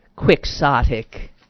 quixotic